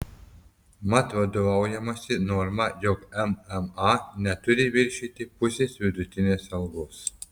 mat vadovaujamasi norma jog mma neturi viršyti pusės vidutinės algos